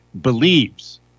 believes